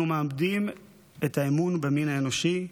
אנחנו מאבדים אמון במין האנושי,